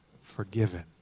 forgiven